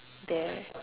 there